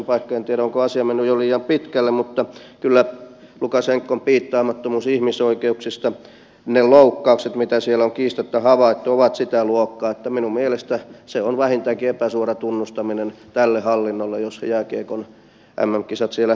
en tiedä onko asia jo mennyt liian pitkälle mutta kyllä lukasenkan piittaamattomuus ihmisoikeuksista ne loukkaukset mitä siellä on kiistatta havaittu ovat sitä luokkaa että minun mielestäni se on vähintäänkin epäsuora tunnustaminen tälle hallinnolle jos jääkiekon mm kisat siellä järjestetään